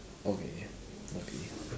okay okay